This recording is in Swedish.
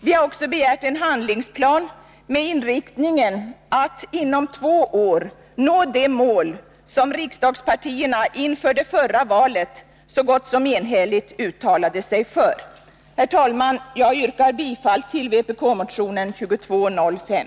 Vi har också begärt en handlingsplan med inriktningen att inom två år nå det mål som riksdagspartierna inför förra valet så gott som enhälligt uttalade sig för. Herr talman! Jag yrkar bifall till vpk-motionen 2205.